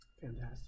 Fantastic